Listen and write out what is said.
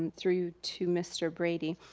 through you to mr. brady.